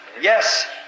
yes